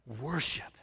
worship